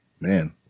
Man